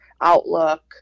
Outlook